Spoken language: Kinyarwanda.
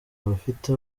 abafite